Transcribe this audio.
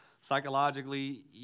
psychologically